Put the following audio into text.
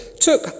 took